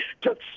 took